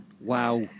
Wow